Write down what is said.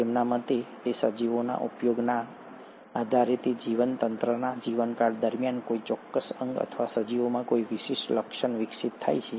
તેમના મતે તે સજીવના ઉપયોગના આધારે તે જીવતંત્રના જીવનકાળ દરમિયાન કોઈ ચોક્કસ અંગ અથવા સજીવમાં કોઈ વિશિષ્ટ લક્ષણ વિકસિત થાય છે